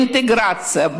באינטגרציה,